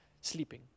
sleeping